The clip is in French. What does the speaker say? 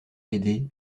l’aider